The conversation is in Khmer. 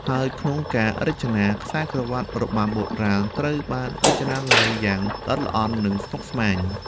ហើយក្នុងការរចនា ខ្សែក្រវាត់របាំបុរាណត្រូវបានរចនាឡើងយ៉ាងល្អិតល្អន់ និងស្មុគស្មាញ។